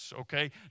Okay